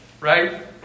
right